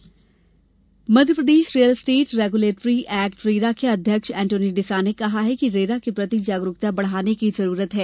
RERA Madhya Pradesh real estate regulatory act RERA के अध्यक्ष एंटोनी डिसा ने कहा है कि रेरा के प्रति जागरूकता बढ़ाने की जरूरत है